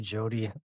Jody